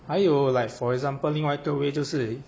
还有 like for example 另外一个 way 就是